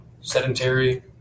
sedentary